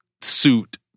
suit